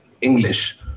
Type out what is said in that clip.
English